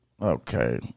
Okay